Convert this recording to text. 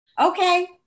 okay